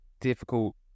difficult